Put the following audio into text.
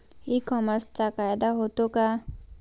E कॉमर्सचा फायदा होतो का?